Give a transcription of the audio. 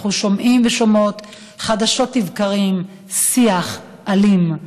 אנחנו שומעים ושומעות חדשות לבקרים שיח אלים.